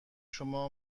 شما